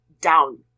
down